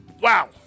Wow